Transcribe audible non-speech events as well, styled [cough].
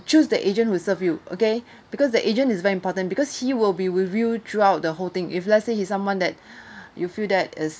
choose the agent who serve you okay because the agent is very important because he will be with you throughout the whole thing if let's say he's someone that [breath] you feel that is